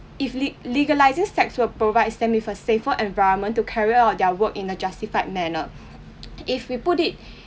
if leg~ legalising sex work provides them with a safer environment to carry out their work in the justified manner if we put it